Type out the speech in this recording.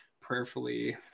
prayerfully